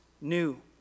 new